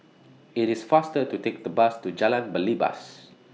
IT IS faster to Take The Bus to Jalan Belibas